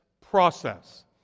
process